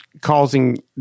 causing